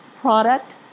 product